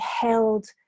held